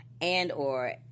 and/or